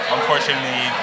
Unfortunately